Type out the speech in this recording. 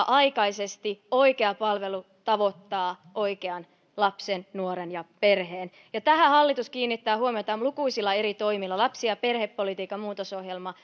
aikaisesti oikea palvelu tavoittaa oikean lapsen nuoren ja perheen ja tähän hallitus kiinnittää huomiota lukuisilla eri toimilla lapsi ja perhepolitiikan muutosohjelma